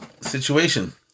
situation